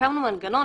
הקמנו מנגנון,